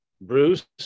Bruce